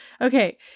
Okay